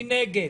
מי נגד,